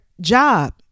job